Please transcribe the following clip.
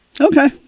Okay